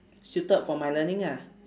suited for my learning ah